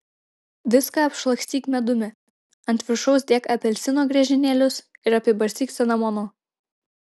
viską apšlakstyk medumi ant viršaus dėk apelsino griežinėlius ir apibarstyk cinamonu